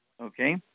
Okay